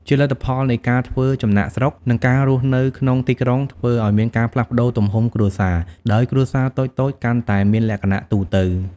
ជាលទ្ធផលនៃការធ្វើចំណាកស្រុក និងការរស់នៅក្នុងទីក្រុងធ្វើឲ្យមានការផ្លាស់ប្តូរទំហំគ្រួសារ ដោយគ្រួសារតូចៗ កាន់តែមានលក្ខណៈទូទៅ។